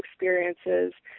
experiences